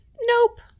nope